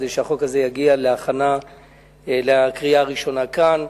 כדי שהחוק הזה יגיע להכנה לקריאה הראשונה כאן,